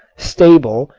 stable,